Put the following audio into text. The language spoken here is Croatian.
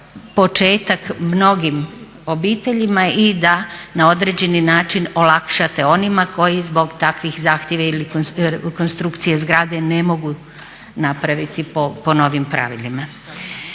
početak mnogim obiteljima i da na određeni način olakšate onima koji zbog takvih zahtjeva ili konstrukcije zgrade ne mogu napraviti po novim pravilima.